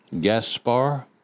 Gaspar